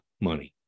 money